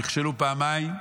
נכשלו פעמיים.